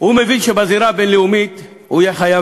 והוא מבין שבזירה הבין-לאומית הוא יהיה חייב